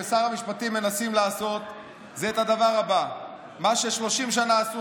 ושר המשפטים מנסים לעשות זה את הדבר הבא: מה ש-30 שנה עשו